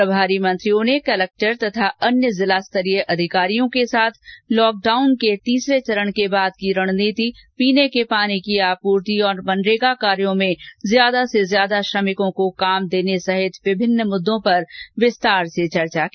प्रभारी मंत्रियों ने कलेक्टर तथा अन्य जिला स्तरीय अधिकारियों के साथ लॉक डाउन के तीसरे चरण के बाद की रणनीति पीने के पानी की आपूर्ति तथा मनरेगा कार्यों में ज्यादा से ज्यादा श्रमिकों को काम देने सहित विभिन्न मुद्दों पर विस्तार से चर्चा की